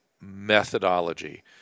methodology